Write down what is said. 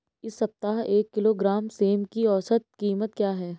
इस सप्ताह एक किलोग्राम सेम की औसत कीमत क्या है?